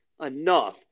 Enough